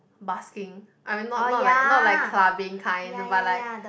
busking I mean not not like not like not like clubbing kind but like